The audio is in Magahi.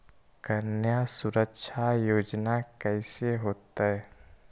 कन्या सुरक्षा योजना कैसे होतै?